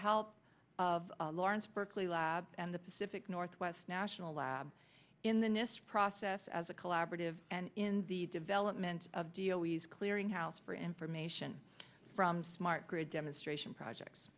help of a lawrence berkeley lab and the pacific northwest national lab in the nist process as a collaborative and in the development of deal he's clearing house for information from smart grid demonstration projects